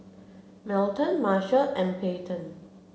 Melton Marshal and Peyton